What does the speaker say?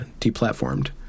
deplatformed